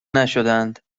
نشدهاند